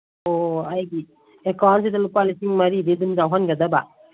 ꯑꯣ ꯑꯩꯒꯤ ꯑꯦꯀꯥꯎꯟꯁꯤꯗ ꯂꯨꯄꯥ ꯂꯤꯁꯤꯡ ꯃꯔꯤꯗꯤ ꯑꯗꯨꯝ ꯌꯥꯎꯍꯟꯒꯗꯕ